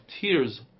tears